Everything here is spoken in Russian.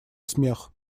смех